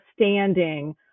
understanding